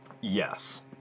Yes